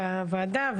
בוועדה,